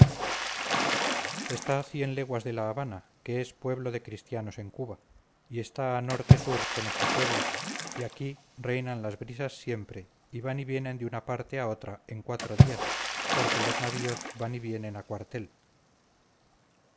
está cien leguas de la habana que es pueblo de cristianos en cuba y está a norte sur con este pueblo y aquí reinan las brisas siempre y van y vienen de una parte a otra en cuatro días porque los navíos van y vienen a cuartel